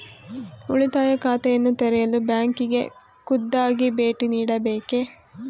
ಉಳಿತಾಯ ಖಾತೆಯನ್ನು ತೆರೆಯಲು ಬ್ಯಾಂಕಿಗೆ ಖುದ್ದಾಗಿ ಭೇಟಿ ನೀಡಬೇಕೇ?